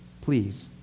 Please